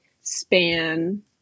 span